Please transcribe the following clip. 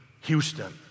Houston